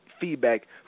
Feedback